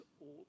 old